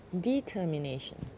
Determination